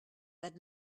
that